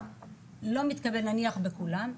לא מתקבל נניח בכולם,